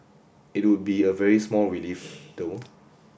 it would be a very small relief though